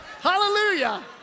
Hallelujah